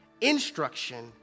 instruction